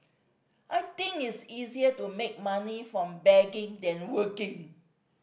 I think it's easier to make money from begging than working